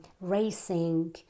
racing